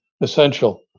essential